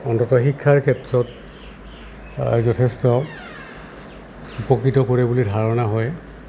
অন্ততঃ শিক্ষাৰ ক্ষেত্ৰত যথেষ্ট উপকৃত কৰে বুলি ধাৰণা হয়